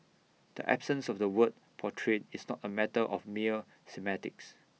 the absence of the word portrayed is not A matter of mere semantics